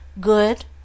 good